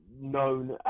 known